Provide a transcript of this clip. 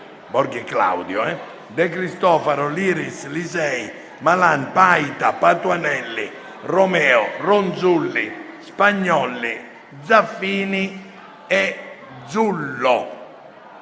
Borghi Claudio, De Cristofaro, Liris, Lisei, Malan, Paita, Patuanelli, Romeo, Ronzulli, Spagnolli, Zaffini e Zullo.